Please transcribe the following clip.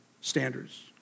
standards